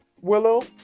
Willow